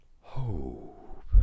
hope